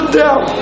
down